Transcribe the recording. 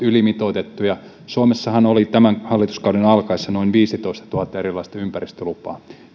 tietyllä lailla ylimitoitettuja suomessahan oli tämän hallituskauden alkaessa noin viisitoistatuhatta erilaista ympäristölupaa